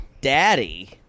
daddy